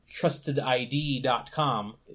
trustedid.com